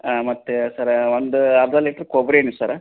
ಮತ್ತು ಸರ್ರ ಒಂದು ಅರ್ಧ ಲೀಟ್ರ್ ಕೊಬ್ಬರಿ ಎಣ್ಣೆ ಸರ್ರ